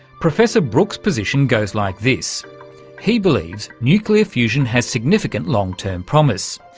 professor brook's position goes like this he believes nuclear fusion has significant long-term promise,